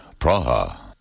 Praha